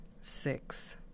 six